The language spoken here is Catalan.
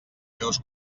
seus